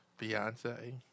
Beyonce